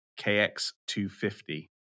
KX250